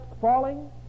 falling